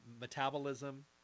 Metabolism